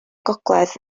gogledd